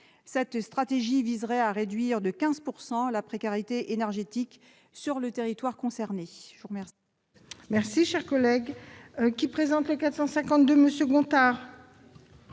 Cette stratégie vise à réduire de 15 % la précarité énergétique sur le territoire concerné.